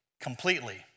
completely